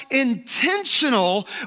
intentional